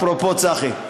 אפרופו צחי.